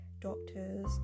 doctors